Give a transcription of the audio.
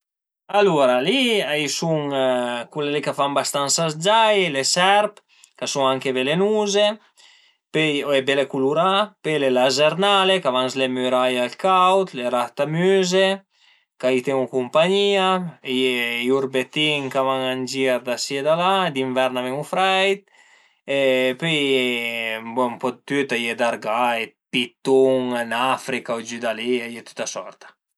Alura li a i sun culi li ch'a fan bastansa z-giai, le serp ch'a sun anche velenuze e bele culurà, pöi a ie le lazernale ch'a van sü le müraie al caud, le ratamüze ch'a i ten-u cumpagnìa, i urbetin ch'a van ën gir da si e da la, d'invern a ven-u freit e pöi ën po dë tüt, a ie d'argai, pitun ën Africa e giü da li, a ie dë tüta sorta